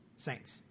Saints